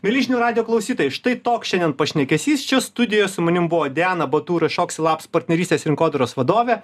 mieli žinių radijo klausytojai štai toks šiandien pašnekesys čia studijoj su manim buvo diana batur iš oxylabs partnerystės ir rinkodaros vadovė